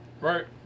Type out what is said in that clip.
Right